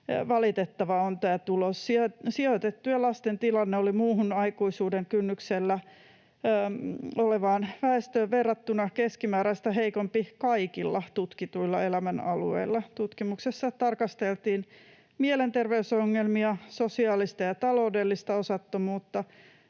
valitettava: Sijoitettujen lasten tilanne oli muuhun aikuisuuden kynnyksellä olevaan väestöön verrattuna keskimääräistä heikompi kaikilla tutkituilla elämänalueilla. Tutkimuksessa tarkasteltiin mielenterveysongelmia, sosiaalista ja taloudellista osattomuutta,